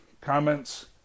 comments